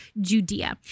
Judea